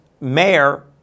mayor